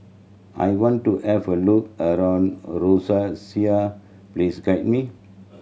I want to have a look around a Roseau please guide me